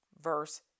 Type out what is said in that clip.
verse